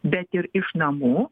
bet ir iš namų